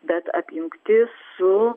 bet apjungti su